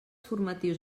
formatius